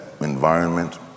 environment